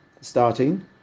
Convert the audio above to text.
starting